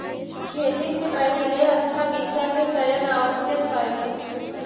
खेती से पहिले अच्छा बीचा के चयन आवश्यक हइ